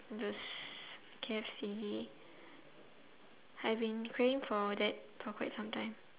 those KFC I've been craving for that for quite some time